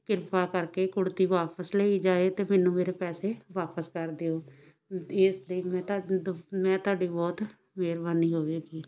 ਕਿਰਪਾ ਕਰਕੇ ਕੁੜਤੀ ਵਾਪਸ ਲਈ ਜਾਏ ਅਤੇ ਮੈਨੂੰ ਮੇਰੇ ਪੈਸੇ ਵਾਪਸ ਕਰ ਦਿਓ ਇਸ ਅਤੇ ਮੈਂ ਤੁਹਾਡੇ ਤੋਂ ਮੈਂ ਤੁਹਾਡੀ ਬਹੁਤ ਮਿਹਰਬਾਨੀ ਹੋਵੇਗੀ